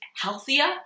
healthier